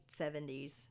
70s